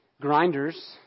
Grinders